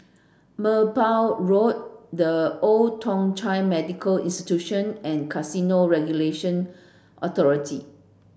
Merbau Road The Old Thong Chai Medical Institution and Casino Regulatory Authority